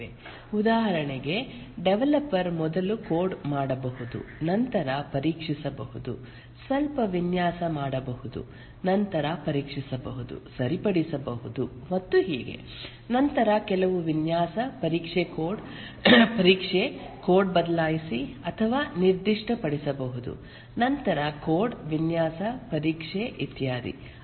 ಉದಾಹರಣೆಗೆ ಡೆವಲಪರ್ ಮೊದಲು ಕೋಡ್ ಮಾಡಬಹುದು ನಂತರ ಪರೀಕ್ಷಿಸಬಹುದು ಸ್ವಲ್ಪ ವಿನ್ಯಾಸ ಮಾಡಬಹುದು ನಂತರ ಪರೀಕ್ಷಿಸಬಹುದು ಸರಿಪಡಿಸಬಹುದು ಮತ್ತು ಹೀಗೆ ನಂತರ ಕೆಲವು ವಿನ್ಯಾಸ ಪರೀಕ್ಷೆ ಕೋಡ್ ಬದಲಾಯಿಸಿ ಅಥವಾ ನಿರ್ದಿಷ್ಟಪಡಿಸಬಹುದು ನಂತರ ಕೋಡ್ ವಿನ್ಯಾಸ ಪರೀಕ್ಷೆ ಇತ್ಯಾದಿ